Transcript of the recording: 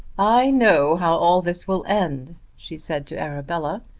i know how all this will end, she said to arabella.